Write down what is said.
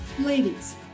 Ladies